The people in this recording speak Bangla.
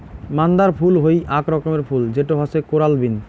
মান্দার ফুল হই আক রকমের ফুল যেটো হসে কোরাল বিন